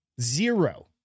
Zero